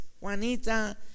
Juanita